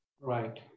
Right